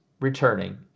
returning